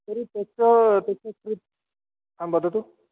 तर्हि तस्य तस्य कृते आं वदतु